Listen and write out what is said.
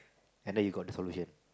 and then you got the solution